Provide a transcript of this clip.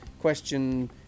question